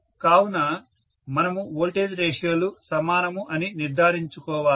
కావున మనము voltage ratio లు సమానము అని నిర్ధారించుకోవాలి